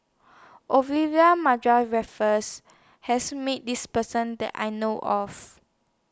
Raffles has meet This Person that I know of